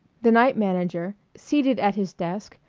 the night manager, seated at his desk,